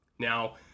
Now